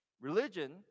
Religion